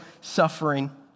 suffering